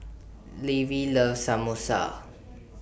Levie loves Samosa